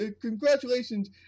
Congratulations